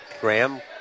Graham